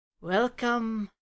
Welcome